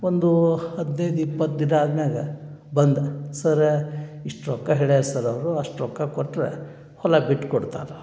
ಒಂದು ಹದಿನೈದು ಇಪ್ಪತ್ತು ದಿಟ ಆದಮ್ಯಾಗ ಬಂದ ಸರಾ ಇಷ್ಟು ರೊಕ್ಕ ಹೇಳ್ಯಾರ ಸರ್ ಅವರು ಅಷ್ಟು ರೊಕ್ಕ ಕೊಟ್ರೆ ಹೊಲ ಬಿಟ್ಟು ಕೊಡ್ತಾರೆ ಅಂತ